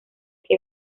que